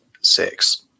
six